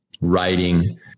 writing